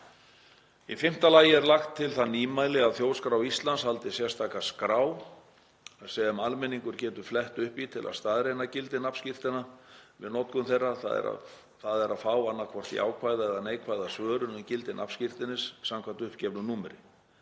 Í fimmta lagi er lagt til það nýmæli að Þjóðskrá Íslands haldi sérstaka skrá sem almenningur getur flett upp í til að staðreyna gildi nafnskírteina við notkun þeirra, þ.e. fá annaðhvort jákvæða eða neikvæða svörun um gildi nafnskírteinis samkvæmt uppgefnu númeri.